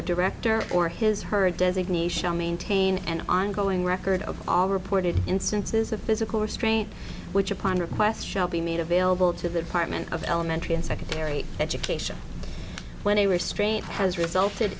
or director or his her designee shall maintain an ongoing record of all reported instances of physical restraint which upon request shall be made available to the department of elementary and secondary education when a restraint has resulted